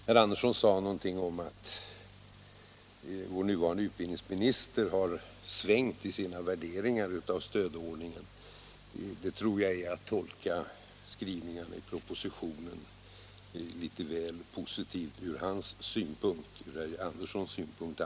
Herr Andersson sade något om att vår nuvarande utbildningsminister har svängt i sina värderingar av stödordningen. Det tror jag är att tolka skrivningen i propositionen litet väl positivt från herr Anderssons synpunkt.